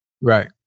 Right